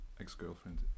ex-girlfriend